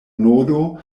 nodo